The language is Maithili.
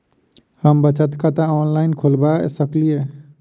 हम बचत खाता ऑनलाइन खोलबा सकलिये?